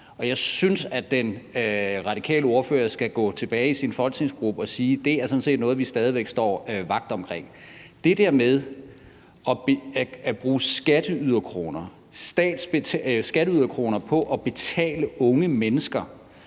jeg synes, at den radikale ordfører skal gå tilbage til sin folketingsgruppe og sige, at det sådan set er noget, man stadig væk står vagt om. Det der med at bruge skatteyderkroner på at betale unge mennesker